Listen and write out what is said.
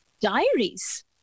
Diaries